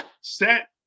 Set